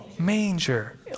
Manger